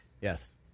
Yes